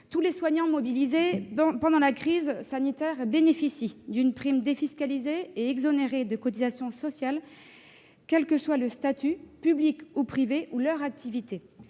Tous les soignants mobilisés pendant la crise sanitaire bénéficient d'une prime défiscalisée et exonérée de cotisations sociales, quel que soit leur statut, public ou privé, ou leur activité.